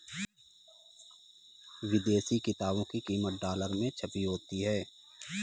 विदेशी किताबों की कीमत डॉलर में छपी होती है